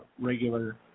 regular